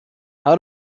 how